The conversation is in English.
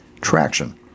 traction